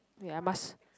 ya must